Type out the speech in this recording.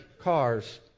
Cars